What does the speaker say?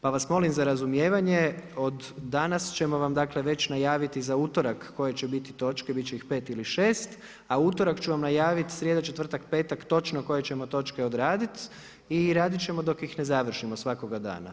Pa vas molim za razumijevanje, od danas ćemo vam dakle, već najaviti za utorak koje će biti točke, biti će ih 5 ili 6, a u utorak ću vam najaviti srijeda, četvrtak, petak, točno koje ćemo točke odraditi i raditi ćemo dok ih ne završimo svakoga dana.